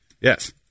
Yes